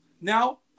Now